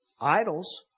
idols